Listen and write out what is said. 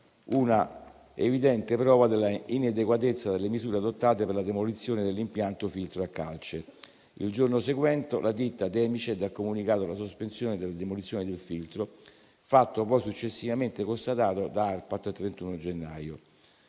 una evidente prova dell'inadeguatezza delle misure adottate per la demolizione dell'impianto filtro a calce. Il giorno seguente la ditta Demiced ha comunicato la sospensione della demolizione del filtro, fatto poi successivamente constatato da ARPAT al 31 gennaio.